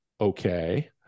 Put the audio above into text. okay